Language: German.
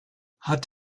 hat